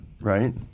Right